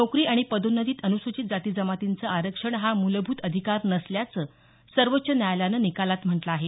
नोकरी आणि पदोन्नतीत अनुसूचित जाती जमातींचं आरक्षण हा मुलभूत अधिकार नसल्याचं सर्वोच्च न्यायालयानं निकालात म्हटलं आहे